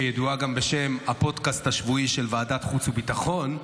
שידועה גם בשם הפודקסט השבועי של ועדת חוץ וביטחון,